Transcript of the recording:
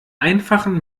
einfachen